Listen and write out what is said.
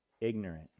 ignorant